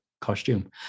costume